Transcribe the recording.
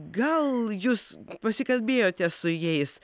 gal jūs pasikalbėjote su jais